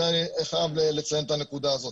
חייב לציין את הנקודה הזאת.